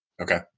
Okay